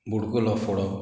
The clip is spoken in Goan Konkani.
बुडकुलो फोडप